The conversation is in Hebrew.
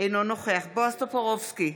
אינו נוכח בועז טופורובסקי,